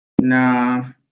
No